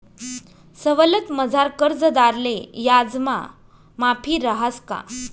सवलतमझार कर्जदारले याजमा माफी रहास का?